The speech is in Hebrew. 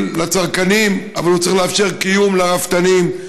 לצרכנים אבל הוא צריך לאפשר קיום לרפתנים.